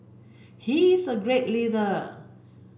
he is a great leader